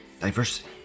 Diversity